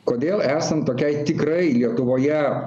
kodėl esant tokiai tikrai lietuvoje